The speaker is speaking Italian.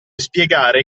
spiegare